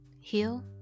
heal